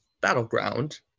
Battleground